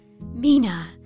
Mina